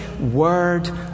Word